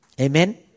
Amen